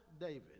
david